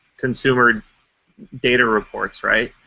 consumer data reports, right?